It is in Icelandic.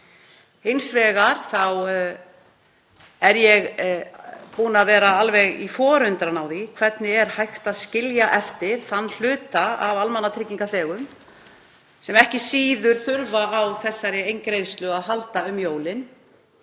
Hins vegar er ég búin að vera alveg í forundran yfir því hvernig er hægt að skilja eftir þann hluta af almannatryggingaþegum sem þarf ekki síður á þessari eingreiðslu að halda um jólin.